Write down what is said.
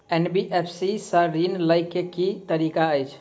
NBFC सँ ऋण लय केँ की तरीका अछि?